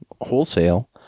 wholesale